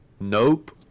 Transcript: Nope